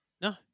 No